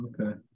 Okay